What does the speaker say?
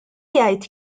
jgħid